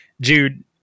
Jude